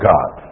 God